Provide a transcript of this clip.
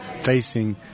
facing